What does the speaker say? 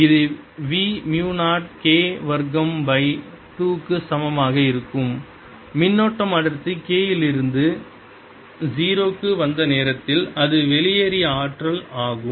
இது v மு 0 K வர்க்கம் பை 2 க்கு சமமாக இருக்கும் மின்னோட்டம் அடர்த்தி K இலிருந்து 0 க்கு வந்த நேரத்தில் அது வெளியேறிய ஆற்றல் ஆகும்